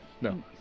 No